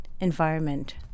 environment